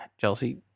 Chelsea